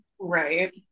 right